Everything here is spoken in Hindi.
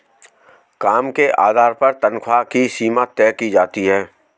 काम के आधार पर तन्ख्वाह की सीमा तय की जाती है